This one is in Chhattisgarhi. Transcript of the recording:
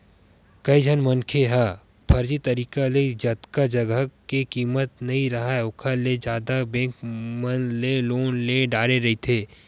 कइझन मनखे ह फरजी तरिका ले जतका जघा के कीमत नइ राहय ओखर ले जादा बेंक मन ले लोन ले डारे रहिथे